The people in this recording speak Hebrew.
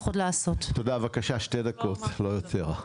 שמתייחס להיבטים המגדריים.